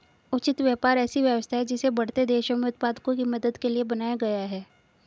उचित व्यापार ऐसी व्यवस्था है जिसे बढ़ते देशों में उत्पादकों की मदद करने के लिए बनाया गया है